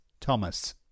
Thomas